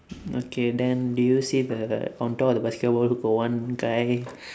okay then do you see the on top of the basketball hoop got one guy